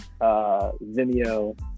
Vimeo